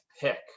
pick